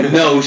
no